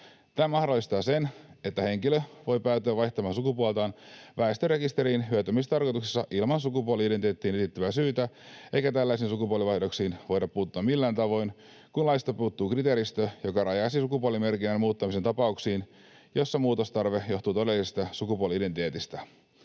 Tämä mahdollistaa sen, että henkilö voi päätyä vaihtamaan sukupuoltaan väestörekisteriin hyötymistarkoituksessa ilman sukupuoli-identiteettiin liittyvää syytä, eikä tällaisiin sukupuolenvaihdoksiin voida puuttua millään tavoin, kun laista puuttuu kriteeristö, joka rajaisi sukupuolimerkinnän muuttamisen tapauksiin, joissa muutostarve johtuu todellisesta sukupuoli-identiteetistä.